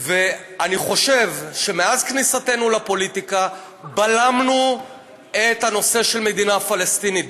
אני חושב שמאז כניסתנו לפוליטיקה בלמנו את הנושא של מדינה פלסטינית,